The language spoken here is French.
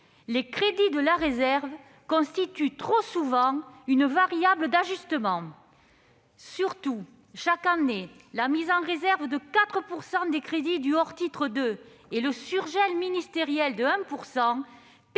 Les crédits de la réserve constituent trop souvent une variable d'ajustement. Chaque année, la mise en réserve de 4 % des crédits hors titre 2 et le surgel ministériel de 1